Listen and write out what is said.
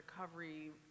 recovery